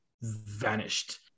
vanished